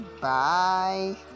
Bye